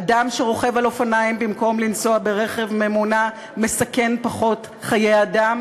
אדם שרוכב על אופניים במקום לנסוע ברכב ממונע מסכן פחות חיי אדם,